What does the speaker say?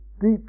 deep